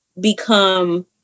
become